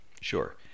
Sure